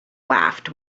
laughed